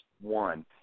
one